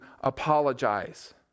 apologize